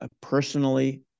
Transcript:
personally